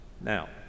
Now